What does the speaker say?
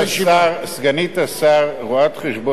סגנית השר, רואת-חשבון ד"ר נס,